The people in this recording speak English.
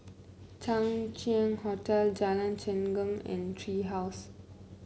Chang Ziang Hotel Jalan Chengam and Tree House